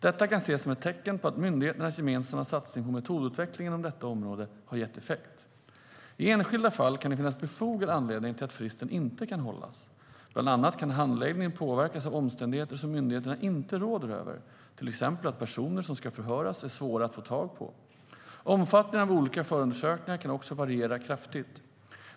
Detta kan ses som ett tecken på att myndigheternas gemensamma satsning på metodutveckling inom detta område har gett effekt. I enskilda fall kan det finnas befogad anledning till att fristen inte kan hållas. Bland annat kan handläggningen påverkas av omständigheter som myndigheterna inte råder över, till exempel att personer som ska förhöras är svåra att få tag på. Omfattningen av olika förundersökningar kan också variera kraftigt.